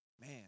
Man